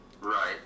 Right